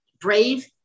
brave